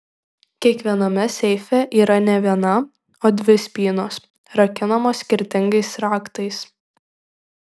kiekviename seife yra ne viena o dvi spynos rakinamos skirtingais raktais